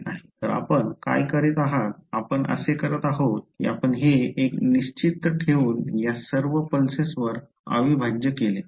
तर आपण काय करीत आहात आपण असे करत आहोत की आपण हे एक निश्चित ठेवून या सर्व पल्सेसवर अविभाज्य केला